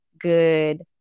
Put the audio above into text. good